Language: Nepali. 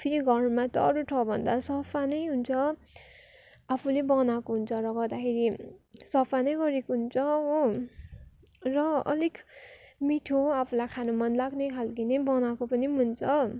फेरि घरमा त अन्त अरू ठाउँ भन्दा सफा नै हुन्छ आफूले बनाएको हुन्छ र गर्दाखेरि सफा नै गरेको हुन्छ हो र अलिक मिठो आफूलाई खानु मन लाग्ने खाले नै बनाएको पनि हुन्छ